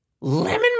Lemon